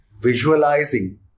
visualizing